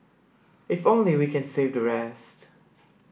if only we can save the rest